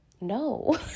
no